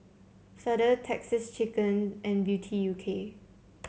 Feather Texas Chicken and Beauty U K